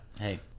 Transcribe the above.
Hey